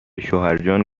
شوهرجان